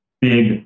big